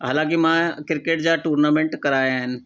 हाला की मां किरकेट जा टूर्नामेंट कराया आहिनि